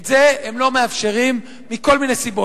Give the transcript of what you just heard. את זה הם לא מאפשרים מכל מיני סיבות.